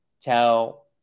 tell